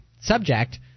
subject